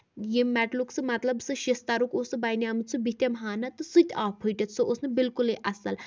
یم میٹلُک سُہ مطلب سُہ شیشترُک اوس سُہ بَنیومُت بٕتھم ہنہٕ سُہ تہِ آو پھٕٹِتھ سُہ اوس نہٕ بِالکُلٕے اَصٕل